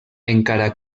encara